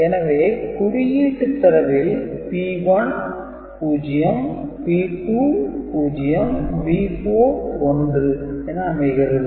எனவே குறியீட்டு தரவில் P1 - 0 P2 - 0 P4 - 1 என அமைகிறது